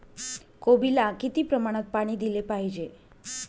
कोबीला किती प्रमाणात पाणी दिले पाहिजे?